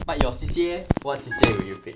but your C_C_A leh what C_C_A will you pick